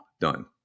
Done